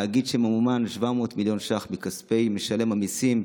תאגיד שממומן ב-700 מיליון שקלים מכספי משלם המיסים,